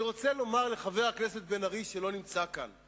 אני רוצה לומר לחבר הכנסת בן-ארי, שלא נמצא כאן: